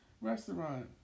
restaurant